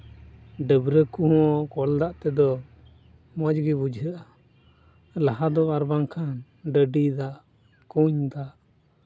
ᱰᱟᱹᱵᱽᱨᱟᱹ ᱠᱚᱦᱚᱸ ᱠᱚᱞ ᱫᱟᱜ ᱛᱮᱫᱚ ᱢᱚᱡᱽ ᱜᱮ ᱵᱩᱡᱷᱟᱹᱜᱼᱟ ᱞᱟᱦᱟ ᱫᱚ ᱟᱨ ᱵᱟᱝᱠᱷᱟᱱ ᱰᱟᱹᱰᱤ ᱫᱟᱜ ᱠᱩᱧ ᱫᱟᱜ